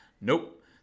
Nope